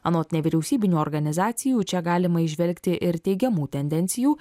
anot nevyriausybinių organizacijų čia galima įžvelgti ir teigiamų tendencijų